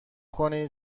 کنید